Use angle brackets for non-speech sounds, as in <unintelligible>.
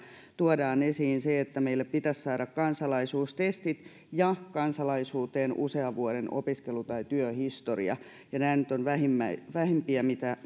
tuodaan esiin se että meille pitäisi saada kansalaisuustestit ja kansalaisuuteen usean vuoden opiskelu tai työhistoria nämä nyt ovat vähimpiä mitä <unintelligible>